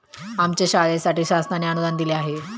आमच्या शाळेसाठी शासनाने अनुदान दिले आहे